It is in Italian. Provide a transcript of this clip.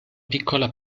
piccola